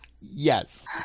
Yes